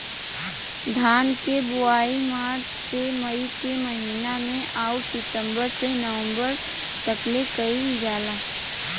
धान के बोआई मार्च से मई के महीना में अउरी सितंबर से नवंबर तकले कईल जाला